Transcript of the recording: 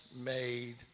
made